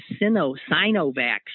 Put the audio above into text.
Sinovac